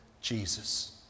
Jesus